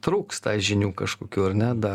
trūksta žinių kažkokiu ar ne dar